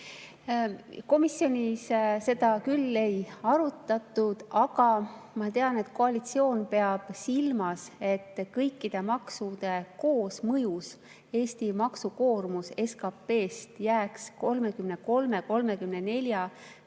Komisjonis seda küll ei arutatud, aga ma tean, et koalitsioon peab silmas, et kõikide maksude koosmõjus Eesti maksukoormus SKP‑st jääks 33–34%